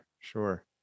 sure